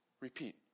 repeat